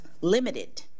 limited